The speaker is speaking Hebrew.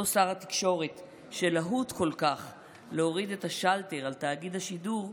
אותו שר התקשורת שלהוט כל כך להוריד את השלטר על תאגיד השידור,